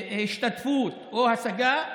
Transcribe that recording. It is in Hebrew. השתתפות או השגה,